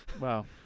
Wow